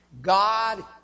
God